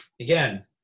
Again